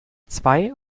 zwei